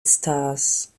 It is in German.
stars